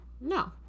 No